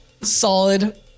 solid